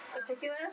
Particular